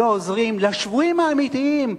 לא עוזרים לשבויים האמיתיים,